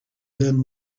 then